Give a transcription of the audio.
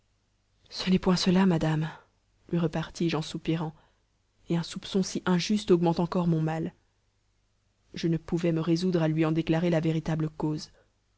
ce n'est point cela madame lui repartis-je en soupirant et un soupçon si injuste augmente encore mon mal je ne pouvais me résoudre à lui en déclarer la véritable cause